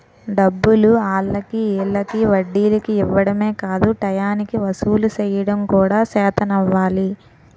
డబ్బులు ఆల్లకి ఈల్లకి వడ్డీలకి ఇవ్వడమే కాదు టయానికి వసూలు సెయ్యడం కూడా సేతనవ్వాలి